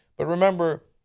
but remember,